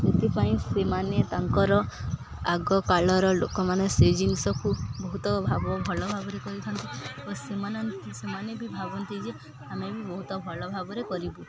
ସେଥିପାଇଁ ସେମାନେ ତାଙ୍କର ଆଗ କାଳର ଲୋକମାନେ ସେଇ ଜିନିଷକୁ ବହୁତ ଭଲଭାବରେ କରିଥାନ୍ତି ଓ ସେମାନେ ସେମାନେ ବି ଭାବନ୍ତି ଯେ ଆମେ ବି ବହୁତ ଭଲଭାବରେ କରିବୁ